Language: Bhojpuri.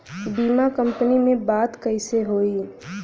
बीमा कंपनी में बात कइसे होई?